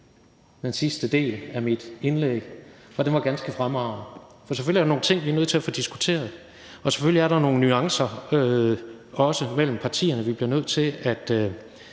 den sidste del af mit indlæg, for den var ganske fremragende. For selvfølgelig er der nogle ting, vi er nødt til at få diskuteret, og selvfølgelig er der også nogle nuancer mellem partierne, og vi bliver nødt til at